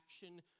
action